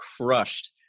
crushed